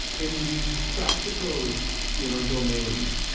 in these practical you know domains,